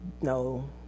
no